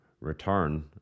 return